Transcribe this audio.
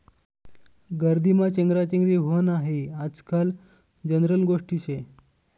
गर्दीमा चेंगराचेंगरी व्हनं हायी आजकाल जनरल गोष्ट शे